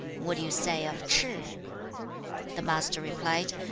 what do you say of ch'ih the master replied,